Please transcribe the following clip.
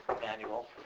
manual